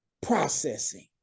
processing